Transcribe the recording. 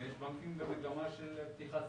ויש בנקים במגמה של פתיחת סניפים,